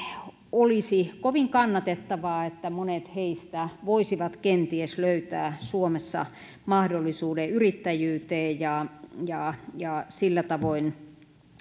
olisi kovin kannatettavaa että monet heistä voisivat kenties löytää suomessa mahdollisuuden yrittäjyyteen ja ja sillä tavoin